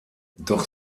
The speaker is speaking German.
doch